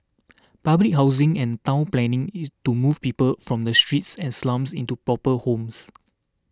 public housing and town planning is to move people from the streets and slums into proper homes